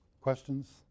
Questions